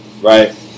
Right